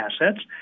assets